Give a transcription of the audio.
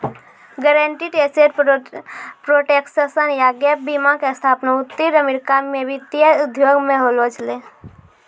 guaranteed asset protection या gap बीमा के स्थापना उत्तरी अमेरिका मे वित्तीय उद्योग मे होलो छलै